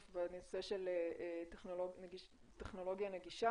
דבריו של איתי לנושא של טכנולוגיה נגישה